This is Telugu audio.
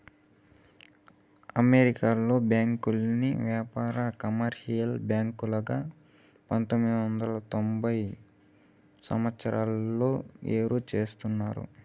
అమెరికాలో బ్యాంకుల్ని వ్యాపార, కమర్షియల్ బ్యాంకులుగా పంతొమ్మిది వందల తొంభై తొమ్మిదవ సంవచ్చరంలో ఏరు చేసినారు